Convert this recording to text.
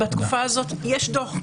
בתקופה הזאת יש דוח,